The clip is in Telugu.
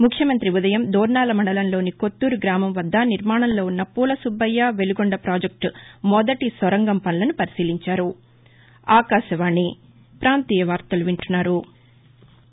ముఖ్యమంతి ఉదయం దోర్నాల మండలంలోని కొత్తూరు గ్రామం వద్ద నిర్మాణంలో ఉన్న పూలసుబ్బయ్య వెలుగొండ పాజెక్టు మొదటి సొరంగం పనులను పరిశీలించారు